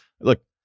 Look